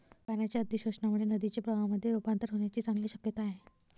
पाण्याच्या अतिशोषणामुळे नदीचे प्रवाहामध्ये रुपांतर होण्याची चांगली शक्यता आहे